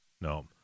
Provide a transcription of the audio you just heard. no